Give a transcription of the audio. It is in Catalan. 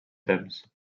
temps